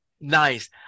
Nice